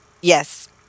Yes